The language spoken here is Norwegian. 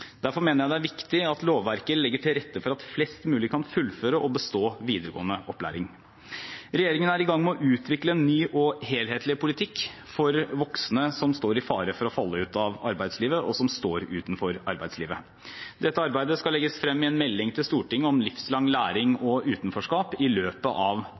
Derfor mener jeg det er viktig at lovverket legger til rette for at flest mulig kan fullføre og bestå videregående opplæring. Regjeringen er i gang med å utvikle en ny og helhetlig politikk for voksne som står i fare for å falle ut av arbeidslivet, og som står utenfor arbeidslivet. Dette arbeidet skal legges frem i en melding til Stortinget om livslang læring og utenforskap i løpet av